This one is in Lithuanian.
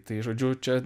tai žodžiu čia